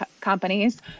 companies